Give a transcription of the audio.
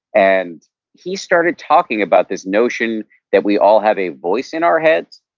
and he started talking about this notion that we all have a voice in our heads,